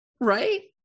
right